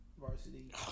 varsity